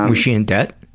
um she in debt?